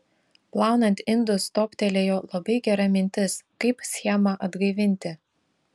plaunant indus toptelėjo labai gera mintis kaip schemą atgaivinti